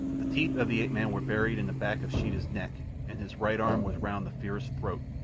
the teeth of the ape-man were buried in the back of sheeta's neck and his right arm was round the fierce throat,